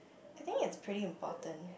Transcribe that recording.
I think it's pretty important